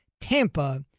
Tampa